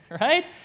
right